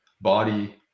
body